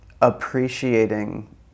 appreciating